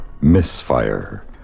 Misfire